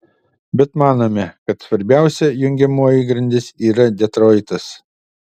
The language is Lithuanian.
bet manome kad svarbiausia jungiamoji grandis yra detroitas